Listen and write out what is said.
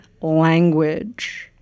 language